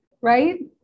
right